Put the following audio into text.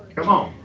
and